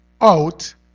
out